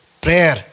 Prayer